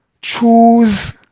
choose